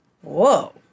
Whoa